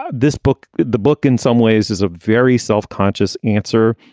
ah this book the book in some ways is a very self-conscious answer.